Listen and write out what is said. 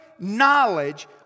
Knowledge